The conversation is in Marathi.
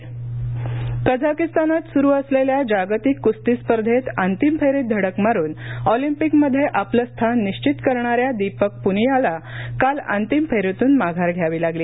पनिया कझाकीस्तानात सुरू असलेल्या जागतिक कुस्ती स्पर्धेत अंतिम फेरीत धडक मारून ऑलिंपिक मध्ये आपलं स्थान निश्चित करणाऱ्या दीपक पुनियाला काल अंतिम फेरीतून माघार घ्यावी लागली